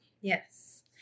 Yes